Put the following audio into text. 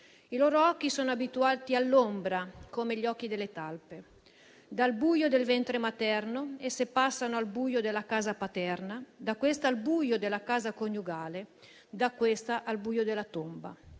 i loro occhi sono abituati all'ombra come gli occhi delle talpe. Dal buio del ventre materno esse passano al buio della casa paterna, da questa al buio della casa coniugale, da questa al buio della tomba».